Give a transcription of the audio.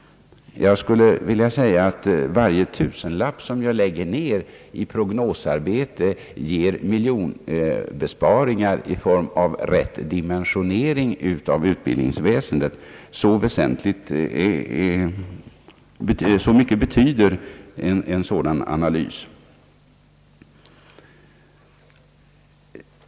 Jag skulle vilja säga att varje tusenlapp som läggs ned i prognosarbete ger miljonbesparingar i form av riktig dimensionering av utbildningsväsendet; så mycket betyder en analys av detta slag.